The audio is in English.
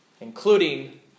including